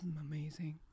amazing